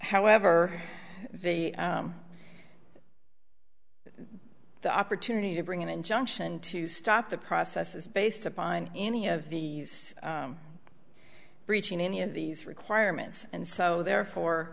however the opportunity to bring an injunction to stop the process is based upon any of the breaching any of these requirements and so therefore